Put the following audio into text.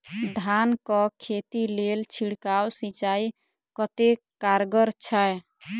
धान कऽ खेती लेल छिड़काव सिंचाई कतेक कारगर छै?